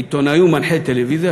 עיתונאי ומנחה טלוויזיה,